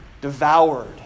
devoured